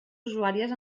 usuàries